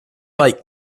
like